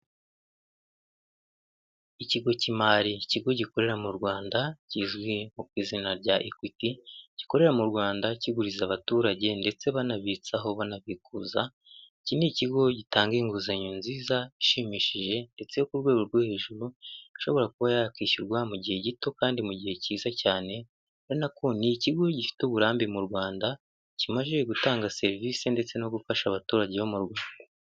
Ikigo cy'imari ikigo gikorera mu rwanda kizwi izina rya equiti gikorera mu rwanda kiguriza abaturage ndetse banabitsaho banabikuza iki ni ikigo gitanga inguzanyo nziza ishimishije ndetse ku rwego rwo hejuru ishobora kuba yakwishyurwa mu gihe gito kandi mu gihe cyiza cyane ko ni ikigo gifite uburambe mu rwanda kimajije gutanga serivisi ndetse no gufasha abaturage bo mu rugufu.